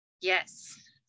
Yes